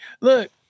Look